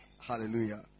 Hallelujah